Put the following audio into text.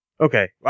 Okay